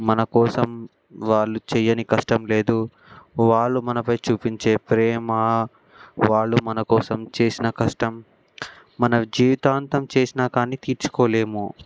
మన కోసం వాళ్లు చేయని కష్టం లేదు వాళ్లు మనపై చూపించే ప్రేమ వాళ్లు మన కోసం చేసిన కష్టం మన జీవితాంతం చేసినా కానీ తీర్చుకోలేము